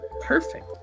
perfect